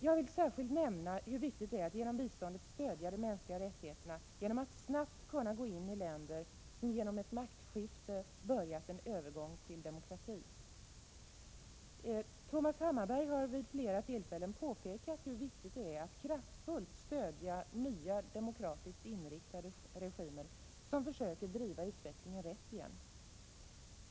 Jag vill särskilt nämna hur viktigt det är att med biståndet stödja mänskliga rättigheter genom att snabbt gå in i länder som genom maktskifte börjat en övergång till demokrati. Thomas Hammarberg har vid flera tillfällen påpekat hur viktigt det är att kraftfullt stödja nya demokratiskt inriktade regimer som försöker driva utvecklingen rätt igen.